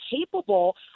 capable